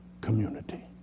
community